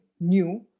new